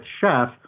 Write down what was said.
Chef